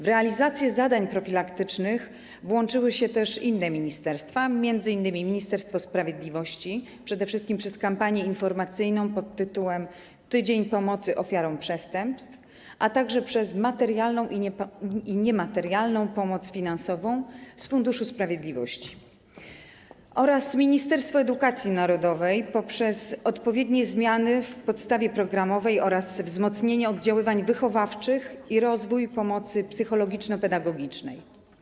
W realizację zadań profilaktycznych włączyły się też inne ministerstwa, m.in. Ministerstwo Sprawiedliwości, przede wszystkim przez kampanię informacyjną pt. „Tydzień pomocy ofiarom przestępstw”, a także przez materialną i niematerialną pomoc sfinansowaną z Funduszu Sprawiedliwości, oraz Ministerstwo Edukacji Narodowej poprzez odpowiednie zmiany w podstawie programowej oraz wzmocnienie oddziaływań wychowawczych i rozwój pomocy psychologiczno-pedagogicznej.